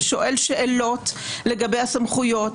שואל שאלות לגבי הסמכויות,